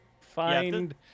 find